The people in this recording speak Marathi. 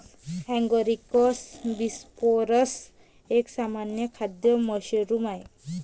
ॲगारिकस बिस्पोरस एक सामान्य खाद्य मशरूम आहे